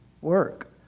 work